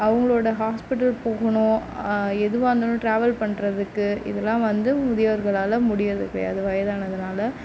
அவங்களோட ஹாஸ்பிட்டலுக்கு போகணும் எதுவாக இருந்தாலும் டிராவல் பண்ணுறதுக்கு இதெலாம் வந்து முதியோர்களால் முடியுறது கிடையாது வயதானதுனால